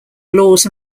laws